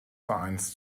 vereins